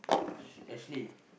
Ashley